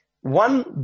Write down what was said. one